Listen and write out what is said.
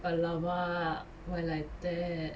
!alamak! why like that